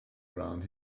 around